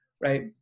right